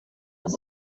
was